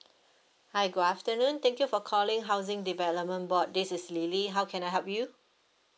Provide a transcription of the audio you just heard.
hi good afternoon thank you for calling housing development board this is lily how can I help you